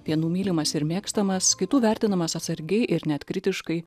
vienų mylimas ir mėgstamas kitų vertinamas atsargiai ir net kritiškai